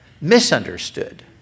misunderstood